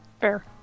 Fair